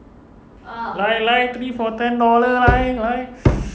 来来 three four ten dollar 来来